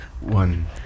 one